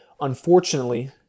Unfortunately